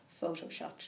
photoshopped